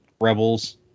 Rebels